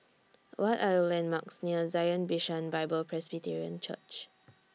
What Are The landmarks near Zion Bishan Bible Presbyterian Church